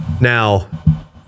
now